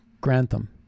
Grantham